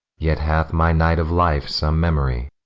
yet hath my night of life some memory,